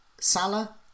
Salah